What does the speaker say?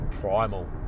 primal